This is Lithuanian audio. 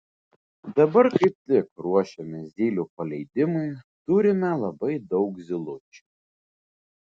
dabar kaip tik ruošiamės zylių paleidimui turime labai daug zylučių